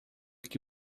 que